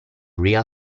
real